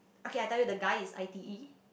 okay I tell you the guy I_T_E